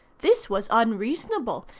this was unreasonable,